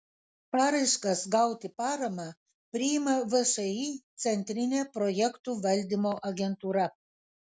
paraiškas gauti paramą priima všį centrinė projektų valdymo agentūra